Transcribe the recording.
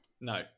No